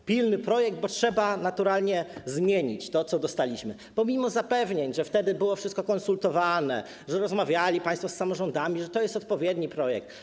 To pilny projekt, bo trzeba naturalnie zmienić to, co dostaliśmy, i to pomimo zapewnień, że wtedy było wszystko konsultowane, że rozmawiali państwo z samorządami, że to jest odpowiedni projekt.